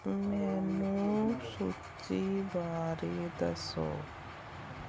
ਮੈਨੂੰ ਸੂਚੀ ਬਾਰੇ ਦੱਸੋ